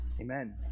amen